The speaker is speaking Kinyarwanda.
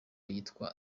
yitwa